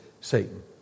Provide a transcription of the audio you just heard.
Satan